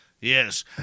Yes